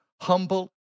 humble